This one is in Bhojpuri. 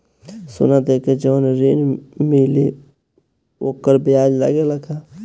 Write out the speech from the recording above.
सोना देके जवन ऋण मिली वोकर ब्याज लगेला का?